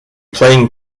playing